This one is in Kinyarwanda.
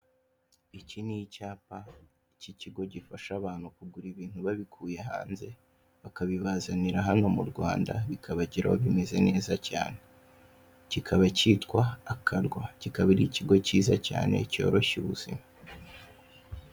Iki ni icyapa k'ikigo gifasha abantu kugura ibintu babikuye hanze, bakabibazanira hano mu Rwanda bikabageraho bimeze neza cyane, kikaba cyitwa Akarwa kikaba ari ikigo cyiza cyane cyoshya ubuzima.